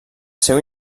seu